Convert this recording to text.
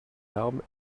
armes